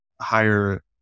higher